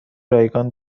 رایگان